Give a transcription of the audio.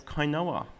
Kainoa